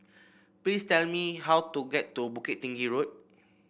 please tell me how to get to Bukit Tinggi Road